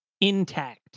intact